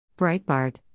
Breitbart